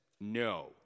no